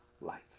life